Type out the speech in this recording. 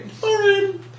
Sorry